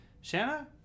shanna